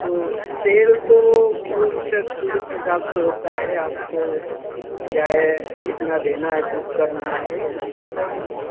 तो तेल त किलोमीटर की दूरी के हिसाब से होता है आपको किराया कितना देना है बुक करना है यह बताइए